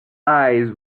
eyes